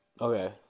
Okay